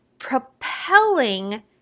propelling